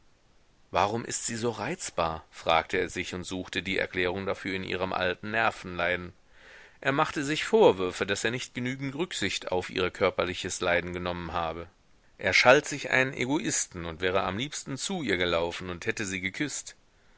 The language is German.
warum ist sie so reizbar fragte er sich und suchte die erklärung dafür in ihrem alten nervenleiden er machte sich vorwürfe daß er nicht genügend rücksicht auf ihr körperliches leiden genommen habe er schalt sich einen egoisten und wäre am liebsten zu ihr gelaufen und hätte sie geküßt